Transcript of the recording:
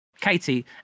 Katie